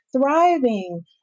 thriving